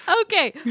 okay